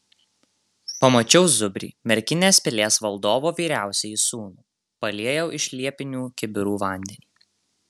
pamačiau zubrį merkinės pilies valdovo vyriausiąjį sūnų paliejau iš liepinių kibirų vandenį